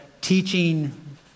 teaching